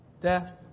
death